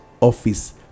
office